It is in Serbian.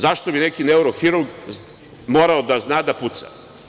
Zašto bi neki neurohirurg mora da zna da puca?